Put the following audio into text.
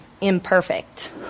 imperfect